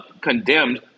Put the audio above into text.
condemned